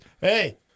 hey